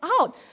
out